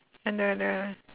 under the